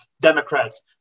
Democrats